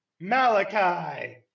Malachi